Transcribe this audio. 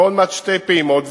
ועוד מעט שתי פעימות.